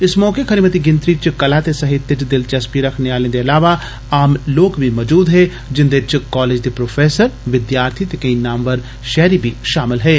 इस मौके खरी मती गिनतरी च कला ते साहित्य च दिल चस्पी रखने आले दे अलावा आम लोक बी मौजूद हे जिन्दे च कालेज दे प्रोफेसर विद्यार्थी ते केई नामवर शैहरी बी शामल हे